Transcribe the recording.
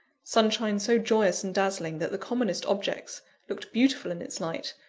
sunshine so joyous and dazzling that the commonest objects looked beautiful in its light,